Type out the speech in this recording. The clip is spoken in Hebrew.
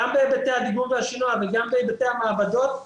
גם בהיבטי הדיגום והשינוע וגם בהיבטי המעבדות,